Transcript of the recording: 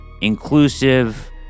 inclusive